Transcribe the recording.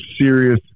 serious